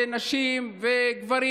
נשים וגברים,